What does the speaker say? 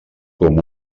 com